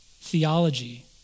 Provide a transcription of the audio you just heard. theology